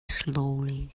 slowly